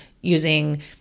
using